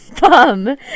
bum